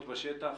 מהשטח.